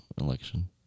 election